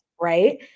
Right